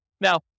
Now